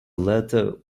letter